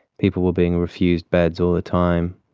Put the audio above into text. people were being refused beds all the time.